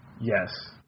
Yes